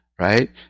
right